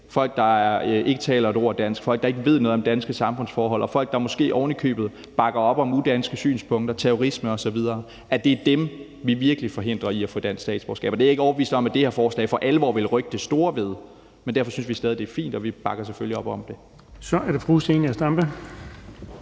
folk, der ikke taler et ord dansk, folk, der ikke ved noget om danske samfundsforhold, og folk, der måske oven i købet bakker op om udanske synspunkter og terrorisme osv. – er dem, vi virkelig forhindrer i at få dansk statsborgerskab. Og det er jeg ikke overbevist om at det her forslag for alvor ville rykke det store ved. Men vi synes stadig, at det er fint, og vi bakker selvfølgelig op om det. Kl. 12:04 Den fg. formand